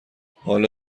حالا